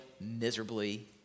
miserably